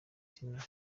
tino